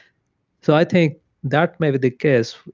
so i think that might be the case.